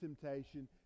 temptation